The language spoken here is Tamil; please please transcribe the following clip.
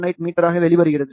78 மீட்டராக வெளிவருகிறது